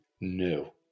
No